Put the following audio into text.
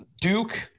Duke